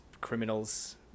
criminals